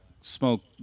smoke